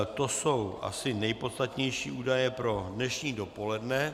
To jsou asi nejpodstatnější údaje pro dnešní dopoledne.